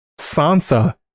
Sansa